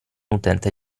utente